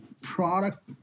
product